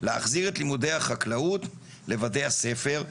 להחזיר את לימודי החקלאות לבתי הספר.